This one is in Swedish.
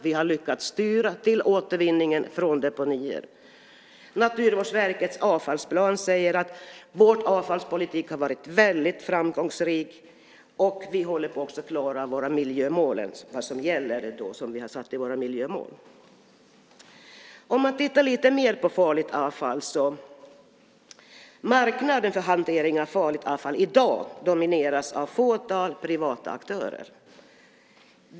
Vi har lyckats styra till återvinningen från deponier. Naturvårdsverkets avfallsplan säger att vår avfallspolitik har varit väldigt framgångsrik, och vi håller också på att klara det vi har satt upp i våra miljömål. Om man tittar lite mer på farligt avfall ser man att marknaden för hantering av farligt avfall i dag domineras av ett fåtal privata aktörer.